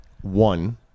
One